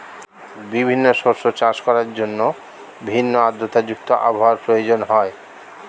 বিভিন্ন শস্য চাষ করার জন্য ভিন্ন আর্দ্রতা যুক্ত আবহাওয়ার প্রয়োজন হয়